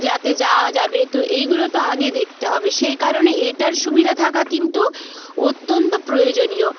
যাতে যাওয়া যাবে তো এইগুলো তো আগে দেখতে হবে সেই কারণে এটার সুবিধা থাকা কিন্তু অত্যন্ত প্রয়োজনীয়